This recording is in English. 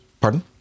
Pardon